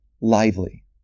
lively